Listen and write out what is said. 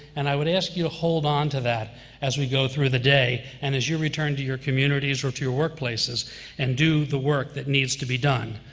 and i would ask you to hold onto that as we go through the day, and as you return to your communities or to your workplaces and do the work that needs to be done.